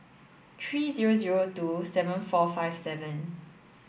three zero zero two seven four five seven